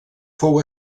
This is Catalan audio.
fou